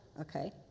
okay